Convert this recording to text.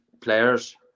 players